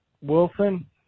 Wilson